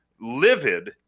livid